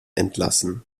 entlassen